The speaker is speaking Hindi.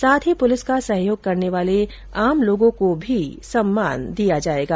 साथ ही पुलिस का सहयोग करने वाले आम लोगों को भी सम्मान दिया जायेगा